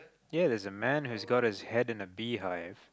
ya there's a man who's got his head in a beehive